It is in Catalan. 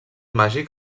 màgic